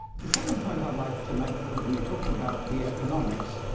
the second point i'd like to make because we talked about the economics,